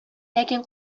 ләкин